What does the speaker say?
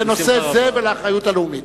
לנושא זה ולאחריות הלאומית.